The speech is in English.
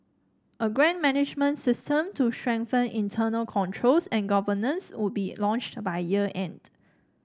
a grant management system to strengthen internal controls and governance would be launched by year end